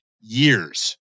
years